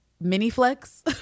mini-flex